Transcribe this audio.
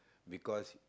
because